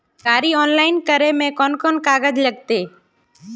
गाड़ी ऑनलाइन करे में कौन कौन कागज लगते?